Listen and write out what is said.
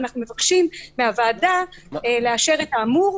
ואנחנו מבקשים מהוועדה לאשר את האמור,